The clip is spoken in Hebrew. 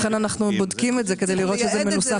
לכן אנחנו בודקים את זה, כדי לראות שזה מנוסח.